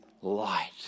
light